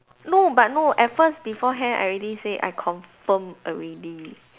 no but no at first beforehand I already say I confirm already